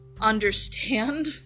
understand